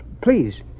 Please